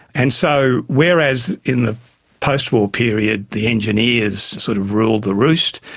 and so whereas in the post-war period the engineers sort of ruled the roost,